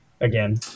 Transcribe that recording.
again